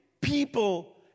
people